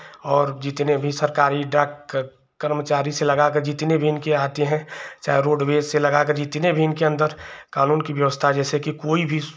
और जितने भी सरकारी डाक कर्मचारी से लगाकर जितने भी इनके आते हैं चाहे रोडवेज से लगाकर जितने भी इनके अन्दर कानून की व्यवस्था जैसे कि कोई भी